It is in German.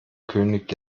könig